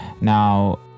Now